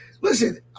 listen